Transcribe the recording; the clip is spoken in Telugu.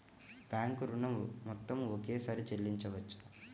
బ్యాంకు ఋణం మొత్తము ఒకేసారి చెల్లించవచ్చా?